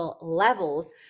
levels